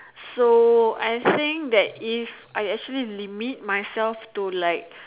so I think that if I actually limit myself to like